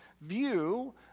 view